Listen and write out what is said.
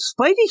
Spidey